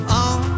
on